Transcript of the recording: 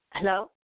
Hello